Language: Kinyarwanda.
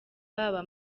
baba